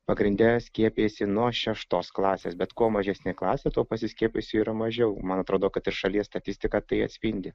pagrinde skiepijasi nuo šeštos klasės bet kuo mažesnė klasė tuo pasiskiepijusių yra mažiau man atrodo kad ir šalies statistiką tai atspindi